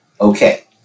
okay